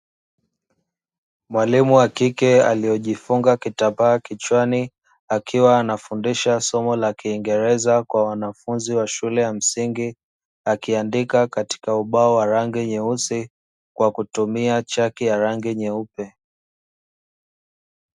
Mwalimu wa kike aliyejifunga kitambaa kichwani, akiwa anafundisha somo la kiingereza kwa wanafunzi wa shule ya msingi, akiandika katika ubao wa rangi nyeusi kwa kutumia chaki ya rangi nyeupe.